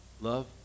Love